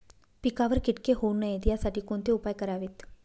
पिकावर किटके होऊ नयेत यासाठी कोणते उपाय करावेत?